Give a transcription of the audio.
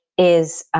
is ah